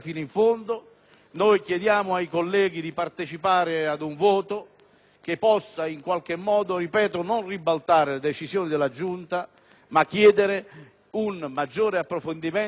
che - lo ribadisco - possa non ribaltare le decisioni della Giunta, ma chiedere un maggiore approfondimento ai sensi di ciò che accadrà nelle aule di giustizia.